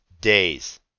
days